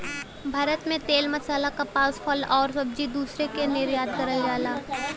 भारत से तेल मसाला कपास फल आउर सब्जी दूसरे देश के निर्यात करल जाला